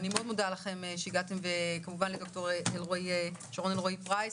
אני מאוד מודה לכם שהגעתם וכמובן לדוקטור שרון אלרעי פרייס,